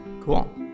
Cool